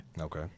Okay